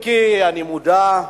אם כי אני מודע,